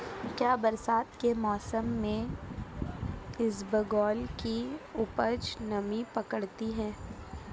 क्या बरसात के मौसम में इसबगोल की उपज नमी पकड़ती है?